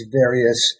various